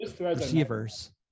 receivers